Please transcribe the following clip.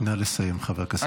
נא לסיים, חבר הכנסת שקלים.